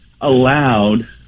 allowed